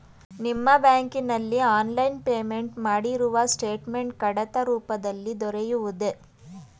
ನಿಮ್ಮ ಬ್ಯಾಂಕಿನಲ್ಲಿ online payment ಮಾಡಿರುವ ಸ್ಟೇಟ್ಮೆಂಟ್ ಕಡತ ರೂಪದಲ್ಲಿ ದೊರೆಯುವುದೇ?